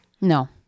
No